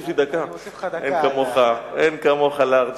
אין כמוך לארג'.